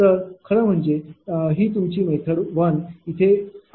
तर खरं म्हणजे ही तुमची मेथड 1 इथे वापरत आहे